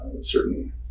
certain